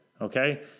okay